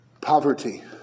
poverty